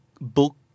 book